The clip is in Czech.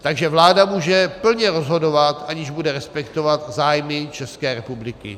Takže vláda může plně rozhodovat, aniž bude respektovat zájmy České republiky.